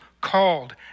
called